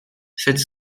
sept